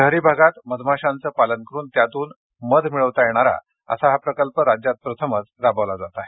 शहरी भागात मधमाशांचे पालन करून त्यांपासून मध मिळवता येणारा असा प्रकल्प राज्यात प्रथमच राबविला जात आहे